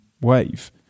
wave